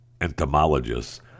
entomologists